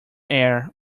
air